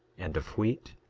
and of wheat,